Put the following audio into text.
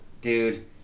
Dude